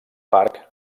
parc